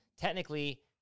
technically